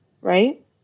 right